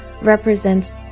represents